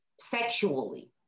sexually